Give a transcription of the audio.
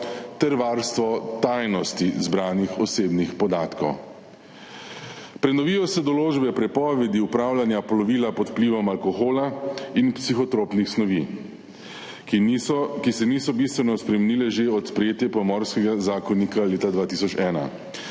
ter varstvo tajnosti zbranih osebnih podatkov. Prenovijo se določbe prepovedi upravljanja plovila pod vplivom alkohola in psihotropnih snovi, ki se niso bistveno spremenile že od sprejetja Pomorskega zakonika leta 2001.